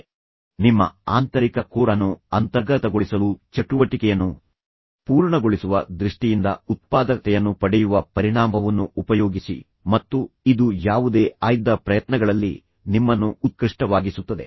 ಆದ್ದರಿಂದ ಇದನ್ನು ನೆನಪಿನಲ್ಲಿಡಿ ನಿಮ್ಮ ಆಂತರಿಕ ಕೋರ್ ಅನ್ನು ಅಂತರ್ಗತಗೊಳಿಸಲು ಚಟುವಟಿಕೆಯನ್ನು ಪೂರ್ಣಗೊಳಿಸುವ ದೃಷ್ಟಿಯಿಂದ ಉತ್ಪಾದಕತೆಯನ್ನು ಪಡೆಯುವ ಪರಿಣಾಮವುನ್ನು ಉಪಯೋಗಿಸಿ ಮತ್ತು ಇದು ಯಾವುದೇ ಆಯ್ದ ಪ್ರಯತ್ನಗಳಲ್ಲಿ ನಿಮ್ಮನ್ನು ಉತ್ಕೃಷ್ಟವಾಗಿಸುತ್ತದೆ